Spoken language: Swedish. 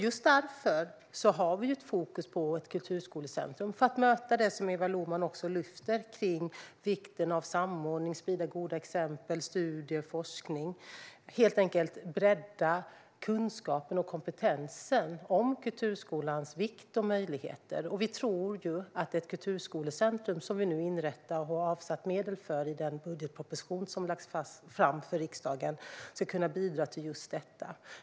Just därför har vi fokus på ett kulturskolecentrum för att möta det som Eva Lohman lyfter upp - vikten av samordning, att sprida goda exempel, studier och forskning - och helt enkelt bredda kunskapen och kompetensen om kulturskolans vikt och möjligheter. Vi tror att det kulturskolecentrum som vi nu inrättar och har avsatt medel för i den budgetproposition som har lagts fram för riksdagen ska kunna bidra till just detta.